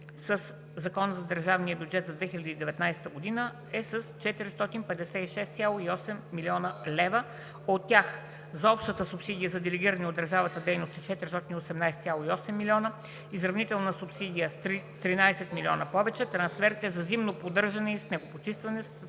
със Закона за държавния бюджет за 2019 г. е с 456,8 млн. лв., от тях за: общата субсидия за делегираните от държавата дейности – с 418,8 млн. лв.; изравнителната субсидия – с 13 млн. лв. повече; трансферите за зимно поддържане и снегопочистване –